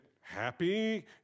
happy